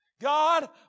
God